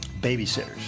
babysitters